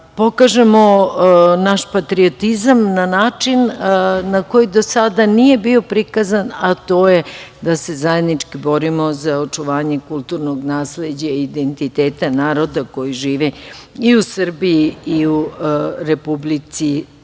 pokažemo naš patriotizam na način na koji do sada nije bio prikazan, a to je da se zajednički borimo za očuvanje kulturnog nasleđa i identiteta naroda koji živi i u Srbiji i u Republici